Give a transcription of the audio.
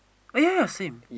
oh ya ya same